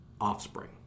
offspring